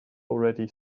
already